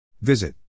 Visit